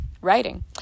writing